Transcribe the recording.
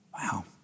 Wow